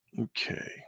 Okay